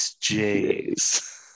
J's